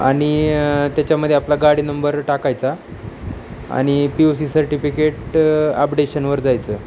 आणि त्याच्यामध्ये आपला गाडी नंबर टाकायचा आणि पी यू सी सर्टिफिकेट अपडेशनवर जायचं